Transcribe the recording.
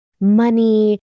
money